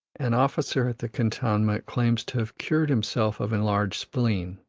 an officer at the cantonment claims to have cured himself of enlarged spleen,